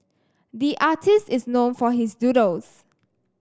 the artist is known for his doodles